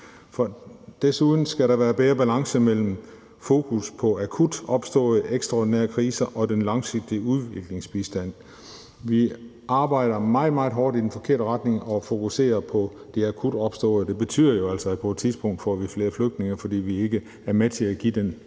Desuden skal der være bedre balance mellem fokus på akut opstået ekstraordinære kriser og den langsigtede udviklingsbistand. Vi arbejder meget, meget hårdt i den forkerte retning og fokuserer på det akut opståede. Det betyder jo altså, at vi på et tidspunkt får flere flygtninge, fordi vi ikke er med til at give den